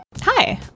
Hi